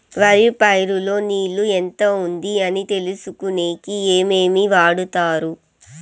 వరి పైరు లో నీళ్లు ఎంత ఉంది అని తెలుసుకునేకి ఏమేమి వాడతారు?